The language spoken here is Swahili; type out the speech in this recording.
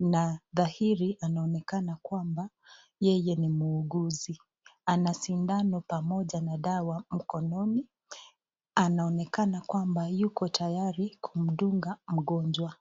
na dhahiri anaonekana kwamba yeye ni muuguzi ana sindano pamoja na dawa mkononi. Anaonekana kwamba yako tayari kumdunga mgonjwa.